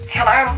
Hello